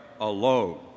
alone